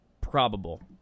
probable